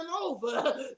over